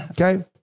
okay